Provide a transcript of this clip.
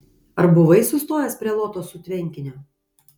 ar buvai sustojęs prie lotosų tvenkinio